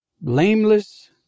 blameless